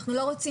אנחנו לא רוצים